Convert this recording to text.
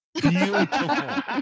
Beautiful